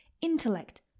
intellect